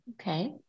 Okay